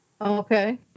Okay